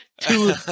two